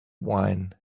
wine